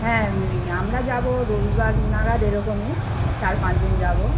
হ্যাঁ আমরা যাবো রবিবার নাগাদ এরকমই চার পাঁচ জন যাবো